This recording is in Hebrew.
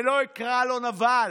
ולא אקרא לו נבל,